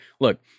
look